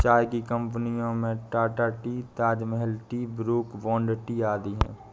चाय की कंपनियों में Tata tea, Taj Mahal tea, Brooke Bond tea आदि है